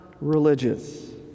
religious